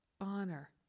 honor